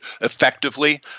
effectively